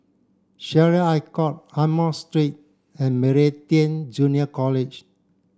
Syariah Court Amoy Street and Meridian Junior College